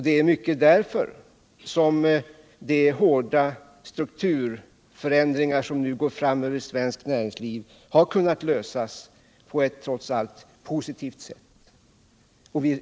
Det är mycket därför som problemen med de hårda strukturförändringar som nu går fram över svenskt näringsliv har kunnat lösas på ett trots allt positivt sätt.